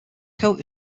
coat